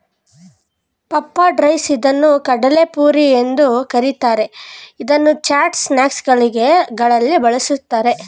puffed rice ಇದನ್ನು ಕಡಲೆಪುರಿ ಎಂದು ಕರಿತಾರೆ, ಇದನ್ನು ಚಾಟ್ಸ್ ಮತ್ತು ಸ್ನಾಕ್ಸಗಳಲ್ಲಿ ಬಳ್ಸತ್ತರೆ